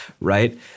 right